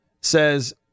says